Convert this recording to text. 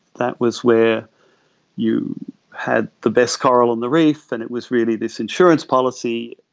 that was where you had the best coral on the reef and it was really this insurance policy,